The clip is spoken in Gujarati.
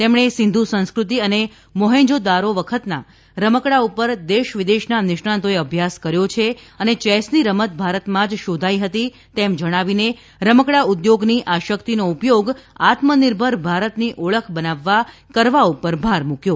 તેમણે સિંધુ સંસ્કૃતિ તથા મોહેજોદારો વખતના રમકડા ઉપર દેશ વિદેશના નિષ્ણાંતોએ અભ્યાસ કર્યો છે અને ચેસની રમત ભારતમાં જ શોધાઇ હતી તેમ જણાવીને રમકડા ઉદ્યોગની આ શકિતનો ઉપયોગ આત્મનિર્ભર ભારતની ઓળખ બનાવવા કરવા ઉપર ભાર મુકયો